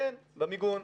כן, במיגון.